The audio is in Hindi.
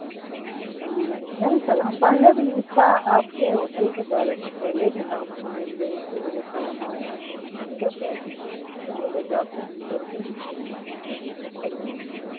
जी नहीं सर हम पहले भी इसका आपके होटल के बारे हम पहले भी नाम सुने थे इसीलिए सर हम आए ठीक है सर तो बोले जाते हैं सर के होटल में